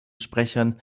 sprechern